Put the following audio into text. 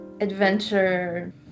Adventure